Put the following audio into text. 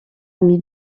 amies